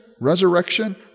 resurrection